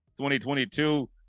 2022